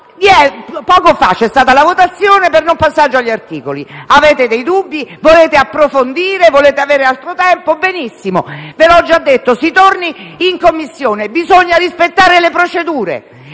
poco fa c'è stata la votazione di una proposta di non passare all'esame degli articoli; avete dubbi? Volete approfondire? Volete avere altro tempo? Benissimo, ve l'ho già detto: si torni in Commissione. Bisogna rispettare le procedure,